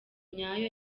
nyayo